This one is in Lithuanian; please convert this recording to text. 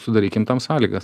sudarykim sąlygas